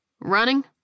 Running